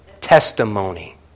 testimony